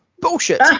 Bullshit